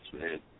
man